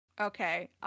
Okay